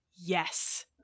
yes